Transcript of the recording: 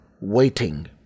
waiting